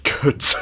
good